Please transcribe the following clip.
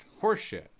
horseshit